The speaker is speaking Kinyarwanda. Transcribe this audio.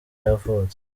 yavutse